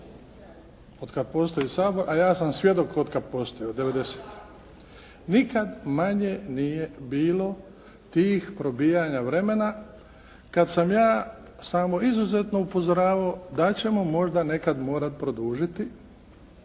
Otkad postoji Sabor, a ja sam svjestan od kad postoji. Od 90-te. Nikad manje nije bilo tih probijanja vremena kad sam ja samo izuzetno upozoravao da ćemo možda nekad morati produžiti